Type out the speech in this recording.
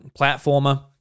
platformer